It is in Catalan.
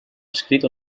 escrit